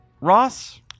Ross